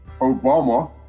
Obama